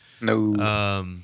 No